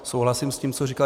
Souhlasím s tím, co říkal.